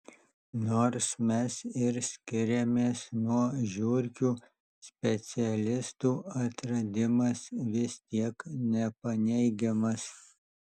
nors mes ir skiriamės nuo žiurkių specialistų atradimas vis tiek nepaneigiamas